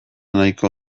nahiko